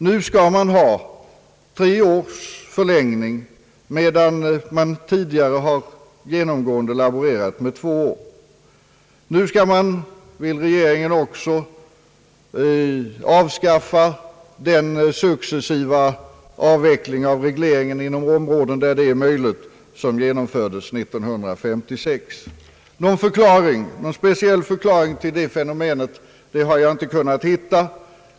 Nu skall man ha tre års förlängning, medan man tidigare genomgående har laborerat med två år. Nu vill regeringen också avskaffa den successiva avveckling av regleringen inom områden där det är möjligt, något som infördes i samband med förlängningsbeslutet 1956. Någon speciell förklaring till detta fenomen har jag inte kunnat hitta.